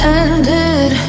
ended